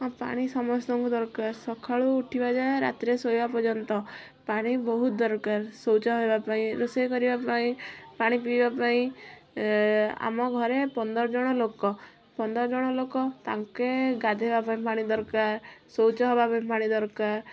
ହଁ ପାଣି ସମସ୍ତଙ୍କୁ ଦରକାର ସକାଳୁ ଉଠିବା ଯାଏଁ ରାତିରେ ଶୋଇବା ପର୍ଯ୍ୟନ୍ତ ପାଣି ବହୁତ ଦରକାର ଶୌଚ ହେବାପାଇଁ ରୋଷେଇ କରିବା ପାଇଁ ପାଣି ପିଇବା ପାଇଁ ଆମ ଘରେ ଆମେ ପନ୍ଦର ଜଣ ଲୋକ ପନ୍ଦର ଜଣ ଲୋକ ତାଙ୍କେ ଗାଧୋଇବା ପାଇଁ ପାଣି ଦରକାର ଶୌଚ ହେବାପାଇଁ ପାଣି ଦରକାର